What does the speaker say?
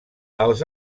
els